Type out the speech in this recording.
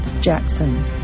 Jackson